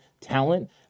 talent